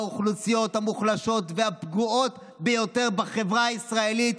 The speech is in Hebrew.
לאוכלוסיות המוחלשות והפגועות ביותר בחברה הישראלית,